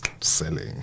selling